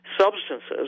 Substances